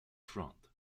front